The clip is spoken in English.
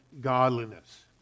godliness